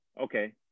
Okay